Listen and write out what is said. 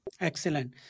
Excellent